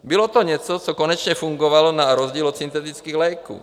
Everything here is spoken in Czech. Bylo to něco, co konečně fungovalo na rozdíl od syntetických léků.